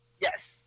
Yes